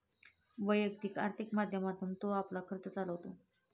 वैयक्तिक आर्थिक माध्यमातून तो आपला खर्च चालवतो